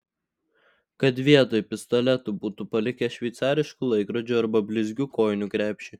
kad vietoj pistoletų būtų palikę šveicariškų laikrodžių arba blizgių kojinių krepšį